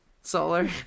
Solar